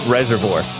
Reservoir